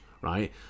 right